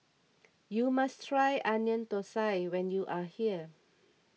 you must try Onion Thosai when you are here